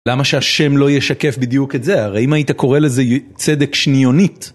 למה שהשם לא ישקף בדיוק את זה? הרי אם היית קורא לזה צדק שניונית.